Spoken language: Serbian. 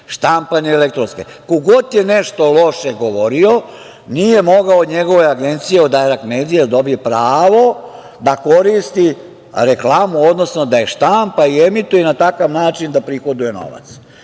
štampane i elektronske, ko god je nešto loše govorio, nije mogao od njegove agencije Dajrekt medije, da dobije pravo da koristi reklamu da je štampa i emituje i na takav način da prihoduje novac,